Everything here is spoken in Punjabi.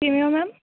ਕਿਵੇਂ ਹੋ ਮੈਮ